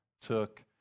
took